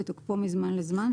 כתוקפו מזמן לזמן,